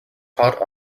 caught